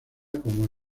como